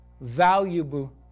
valuable